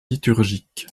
liturgique